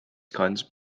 kinds